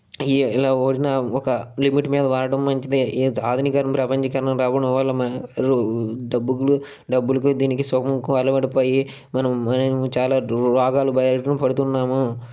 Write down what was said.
ఇవి ఇలా వాడిన ఒక లిమిట్ మీద వాడడం మంచిది ఎ ఆధునికరణం ప్రపంచీకరణ రావడం వలన మనిషి అసలు డబ్బులకు డబ్బులకు దీనికి సుఖంకు అలవాటు అయిపోయి మనము చాలా రోగాల భారీనా పడుతున్నాము